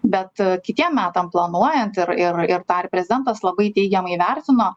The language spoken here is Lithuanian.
bet kitiem metam planuojant ir ir ir dar prezidentas labai teigiamai įvertino